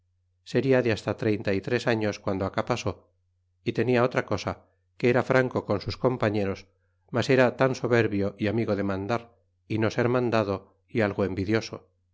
seria de hasta treinta y tres arios guando acá pasó tenia otra cosa que era franco con sus compañeros mas era tan soberbio amigo de mandar no ser mandado algo envidioso